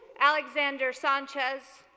alexander sanchez,